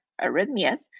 arrhythmias